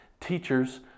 Teachers